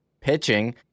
pitching